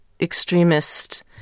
extremist